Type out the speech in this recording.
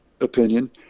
opinion